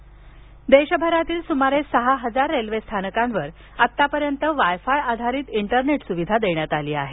railway wifi देशभरातील सुमारे सहा हजार रेल्वे स्थानकांवर आतापर्यंत वाय फाय आधारित इंटरनेट सुविधा देण्यात आली आहे